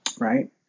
right